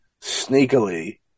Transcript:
sneakily